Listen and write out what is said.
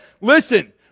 listen